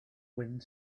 wind